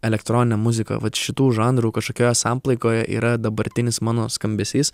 elektroninę muziką vat šitų žanrų kažkokioje samplaikoje yra dabartinis mano skambesys